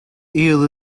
eel